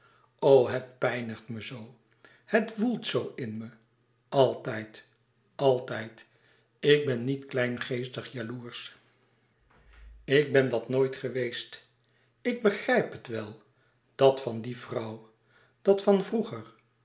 o het pijnigt me zoo het woelt zoo in me altijd altijd en ik ben niet kleingeestig jaloersch ik ben dat nooit geweest ik begrijp het wel dat van die vrouw dat van vroeger